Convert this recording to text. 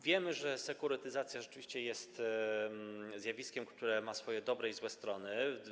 Wiemy, że sekurytyzacja rzeczywiście jest zjawiskiem, które ma swoje dobre i złe strony.